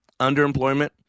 underemployment